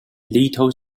little